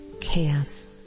chaos